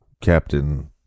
Captain